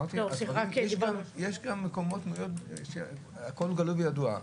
יש גם מקומות שהכול גלוי וידוע.